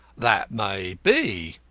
that may be,